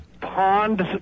Pond